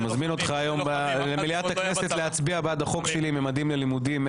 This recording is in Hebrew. אני מזמין אותך הערב למליאת הכנסת להצביע בעד החוק שלי ממדים ללימודים,